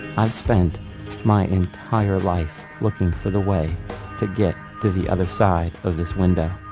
i've spent my entire life looking for the way to get to the other side of this window.